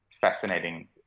fascinating